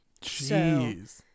Jeez